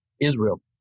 Israel